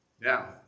Now